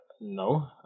No